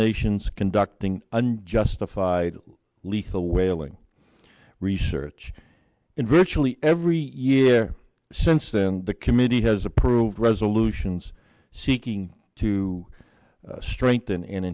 nations conducting unjustified lethal whaling research in virtually every year since then the committee has approved resolutions seeking to strengthen and